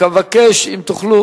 רק אבקש, אם תוכלו,